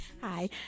Hi